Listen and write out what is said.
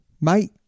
Mate